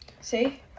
See